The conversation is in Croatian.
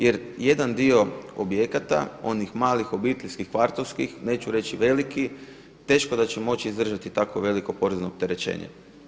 Jer jedan dio objekata, onih malih obiteljskih, kvartovskih, neću reći veliki, teško da će moći izdržati tako veliko porezno opterećenje.